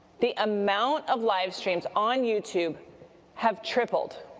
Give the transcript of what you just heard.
the amount of live streams on youtube have tripled.